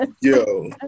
yo